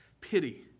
pity